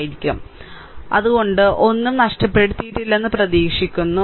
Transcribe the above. അതിനാൽ ഞങ്ങൾ ഒന്നും നഷ്ടപ്പെടുത്തിയിട്ടില്ലെന്ന് പ്രതീക്ഷിക്കുന്നു